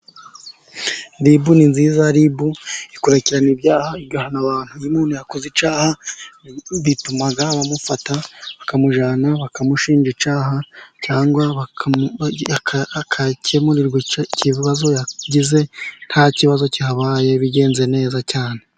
R.I.B ni nziza, R.I.B ikurikirana ibyaha, igahana umuntu yakoze icyaha, bituma bamufata bakamujyana, bakamushinja icyaha, cyangwa agakemurira ikibazo yagize, nta kibazo cyabaye bigenze neza cyane.